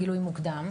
גילוי מוקדם,